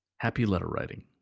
happy letter-writing.